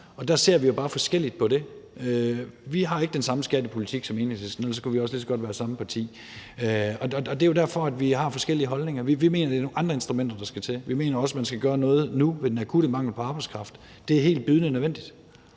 Der ser vi bare forskelligt på det. Vi har ikke den samme skattepolitik som Enhedslisten, og ellers kunne vi også lige så godt være samme parti. Og det er jo derfor, vi har forskellige holdninger. Vi mener, det er nogle andre instrumenter, der skal til. Vi mener også, at man skal gøre noget nu ved den akutte mangel på arbejdskraft. Det er helt bydende nødvendigt.